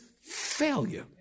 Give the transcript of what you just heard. failure